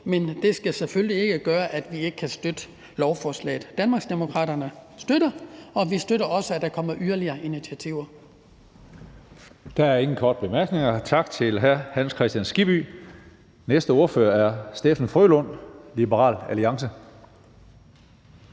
Men det skal selvfølgelig ikke gøre, at vi ikke kan støtte lovforslaget. Danmarksdemokraterne støtter det, og vi støtter også, at der kommer yderligere initiativer.